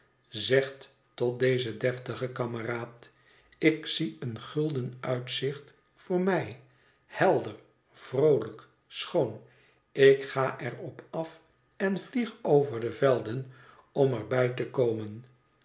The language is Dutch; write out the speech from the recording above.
zegt tot dezen deftigen kameraad ik zie een gulden uitzicht voor mij helder vroolijk schoon ik ga er op af en vlieg over de velden om er bij te komen